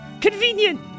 Convenient